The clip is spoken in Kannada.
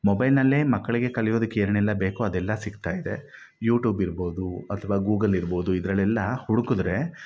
ಮೊಬೈಲ್ನಲ್ಲೇ ಮಕ್ಕಳಿಗೆ ಕಲಿಯೋದಕ್ಕೆ ಏನೇನೆಲ್ಲ ಬೇಕೋ ಅದೆಲ್ಲ ಸಿಗ್ತಾಯಿದೆ ಯೂಟ್ಯೂಬ್ ಇರ್ಬೋದು ಅಥ್ವಾ ಗೂಗಲ್ ಇರ್ಬೋದು ಇದರಲ್ಲೆಲ್ಲ ಹುಡುಕಿದ್ರೆ